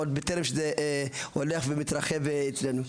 עוד בטרם תתרחב אלינו.